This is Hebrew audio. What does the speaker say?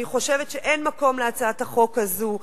אני חושבת שאין מקום להצעת החוק הזאת,